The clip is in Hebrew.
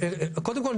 קודם כל,